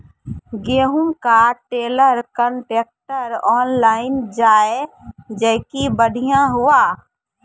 गेहूँ का trailer contractor online जाए जैकी बढ़िया हुआ